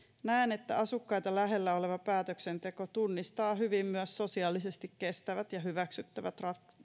näen että asukkaita lähellä oleva päätöksenteko tunnistaa hyvin myös sosiaalisesti kestävät ja hyväksyttävät